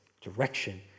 direction